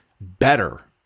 better